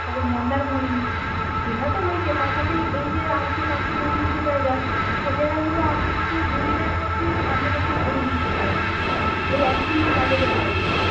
তারপরে মন্দারমণি দীঘা তো রয়েইছে তার সাথে এই যে আর যে বাকি দু তিনটে জায়গা সব জায়গাগুলো আমি কিন্তু দুদিনের মধ্যেই আপনাদেরকে ঘুরিয়ে নিয়ে চলে আসবো ওই একই বাজেটের মধ্যে